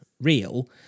real